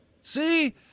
see